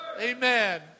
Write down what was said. Amen